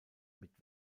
mit